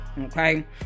Okay